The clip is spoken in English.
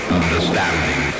understanding